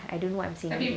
I don't know what I'm saying